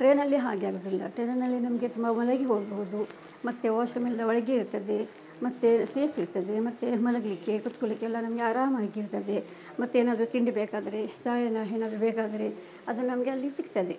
ಟೈನಲ್ಲಿ ಹಾಗೆ ಆಗೋದಿಲ್ಲ ಟ್ರೈನಿನಲ್ಲಿ ನಮಗೆ ತುಂಬ ಮಲಗಿ ಹೋಗಬಹುದು ಮತ್ತೆ ವಾಶ್ರೂಮೆಲ್ಲ ಒಳಗೆ ಇರ್ತದೆ ಮತ್ತು ಸೇಫ್ಟಿ ಇರ್ತದೆ ಮತ್ತು ಮಲಗಲಿಕ್ಕೆ ಕೂತ್ಕೊಳ್ಳಿಕ್ಕೆಲ್ಲ ನಮಗೆ ಆರಾಮಾಗಿರ್ತದೆ ಮತ್ತೆ ಏನಾದರು ತಿಂಡಿ ಬೇಕಾದರೆ ಚಹಾ ಎಲ್ಲ ಏನಾದರೂ ಬೇಕಾದರೆ ಅದು ನಮಗೆ ಅಲ್ಲಿ ಸಿಗ್ತದೆ